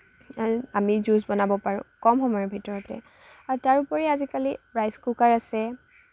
আমি জ্য়ুছ বনাব পাৰোঁ কম সময়ৰ ভিতৰতে তাৰোপৰি আজিকালি ৰাইচকুকাৰ আছে